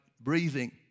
breathing